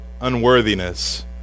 unworthiness